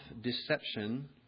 deception